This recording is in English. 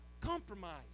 Compromise